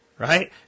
Right